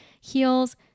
heels